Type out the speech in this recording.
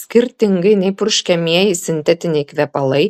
skirtingai nei purškiamieji sintetiniai kvepalai